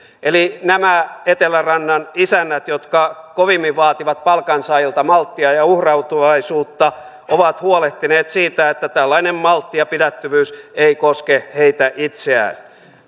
nämä etelärannan isännät jotka kovimmin vaativat palkansaajilta malttia ja uhrautuvaisuutta ovat huolehtineet siitä että tällainen maltti ja pidättyvyys ei koske heitä itseään